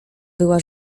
była